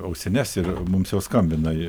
ausines ir mums jau skambina